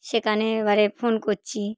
সেখানে এবারে ফোন করছি